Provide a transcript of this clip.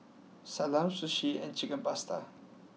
Salami Sushi and Chicken Pasta